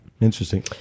Interesting